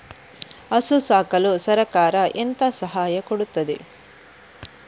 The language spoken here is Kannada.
ಹಸು ಸಾಕಲು ಸರಕಾರ ಎಂತ ಸಹಾಯ ಕೊಡುತ್ತದೆ?